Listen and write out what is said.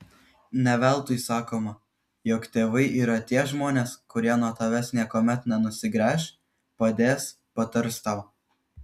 ne veltui sakoma jog tėvai yra tie žmonės kurie nuo tavęs niekuomet nenusigręš padės patars tau